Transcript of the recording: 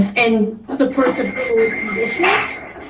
and supports it yes,